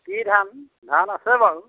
কি ধান ধান আছে বাৰু